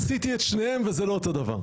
עשיתי את שניהם, וזה לא אותו הדבר.